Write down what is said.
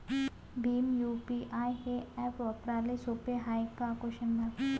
Bhim UPI हे app वापराले सोपे हाय का?